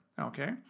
Okay